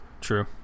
true